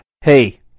Hey